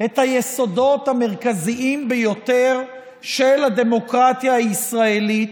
את היסודות המרכזיים ביותר של הדמוקרטיה הישראלית,